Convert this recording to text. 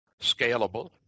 scalable